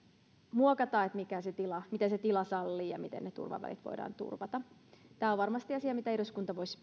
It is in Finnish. muokata miten se tila sallii ja miten ne turvavälit voidaan turvata tämä on varmasti asia missä eduskunta voisi